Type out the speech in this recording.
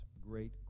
great